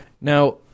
Now